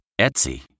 Etsy